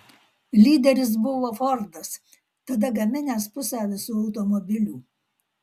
lyderis buvo fordas tada gaminęs pusę visų automobilių